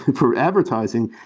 for advertising,